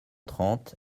trente